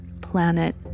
planet